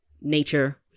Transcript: nature